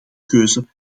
keuze